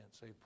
say